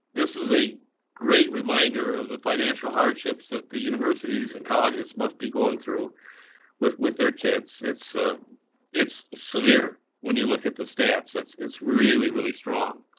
this is a great reminder of the financial hardships that the universities and colleges must be going through with with their kids. it's ah it's severe when you look at the stats, it's it's really, really strong.